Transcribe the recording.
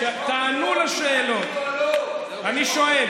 אני שואל